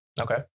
okay